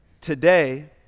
today